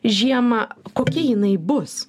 žiemą kokia jinai bus